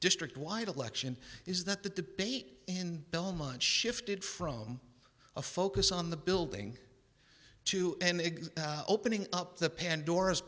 district wide election is that the debate in belmont shifted from a focus on the building to an egg opening up the pandora's